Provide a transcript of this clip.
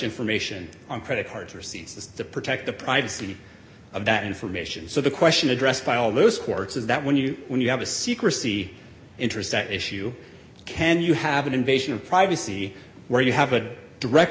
information on credit cards or seize this to protect the privacy of that information so the question addressed by all those courts is that when you when you have a secrecy interest that issue can you have an invasion of privacy where you have a direct